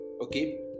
Okay